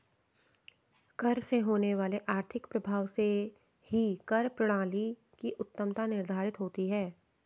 कर से होने वाले आर्थिक प्रभाव से ही कर प्रणाली की उत्तमत्ता निर्धारित होती है